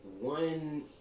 one